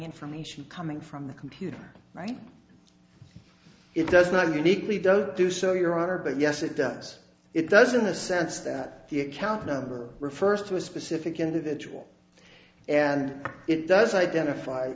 information coming from the computer right it does not uniquely does do so your honor but yes it does it doesn't a sense that the account number refers to a specific individual and it does identify